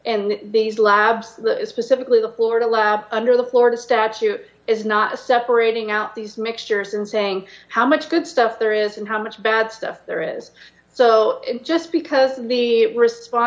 and these labs specifically the florida lab under the florida statute is not separating out these mixtures and saying how much good stuff there is and how much bad stuff there is so just because the respond